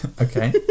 okay